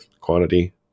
quantity